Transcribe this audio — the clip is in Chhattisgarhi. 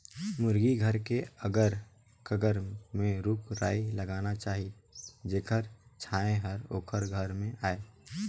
मुरगी घर के अगर कगर में रूख राई लगाना चाही जेखर छांए हर ओखर घर में आय